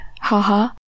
HaHa